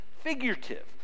figurative